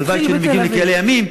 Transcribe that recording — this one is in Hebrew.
הלוואי שהיינו מגיעים לכאלה ימים.